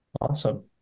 Awesome